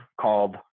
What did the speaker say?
called